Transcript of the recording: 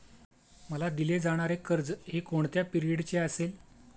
मला दिले जाणारे कर्ज हे कोणत्या पिरियडचे असेल?